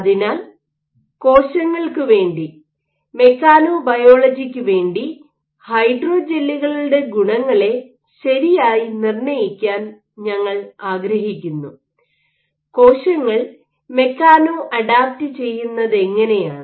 അതിനാൽ കോശങ്ങൾക്കു വേണ്ടി മെക്കാനൊബയോളജിക്കു വേണ്ടി ഹൈഡ്രോജല്ലുകളുടെ ഗുണങ്ങളെ ശരിയായി നിർണ്ണയിക്കാൻ ഞങ്ങൾ ആഗ്രഹിക്കുന്നു കോശങ്ങൾ മെക്കാനോ അഡാപ്റ്റ് ചെയ്യുന്നതങ്ങനെയാണ്